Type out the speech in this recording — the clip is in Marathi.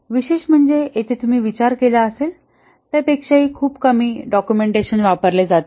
विशेष म्हणजे येथे तुम्ही विचार केला असेल त्या पेक्षा हि खूप कमी डॉक्युमेंटेशन वापरले जाते